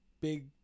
big